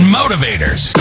motivators